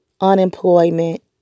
unemployment